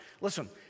Listen